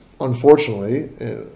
unfortunately